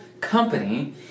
company